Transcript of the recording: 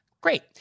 Great